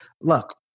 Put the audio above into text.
Look